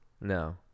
No